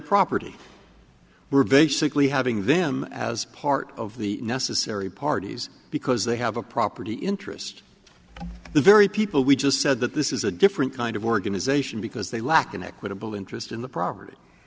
property we're basically having them as part of the necessary parties because they have a property interest the very people we just said that this is a different kind of organization because they lack an equitable interest in the property